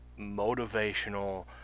motivational